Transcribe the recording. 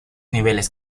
niveles